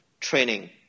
training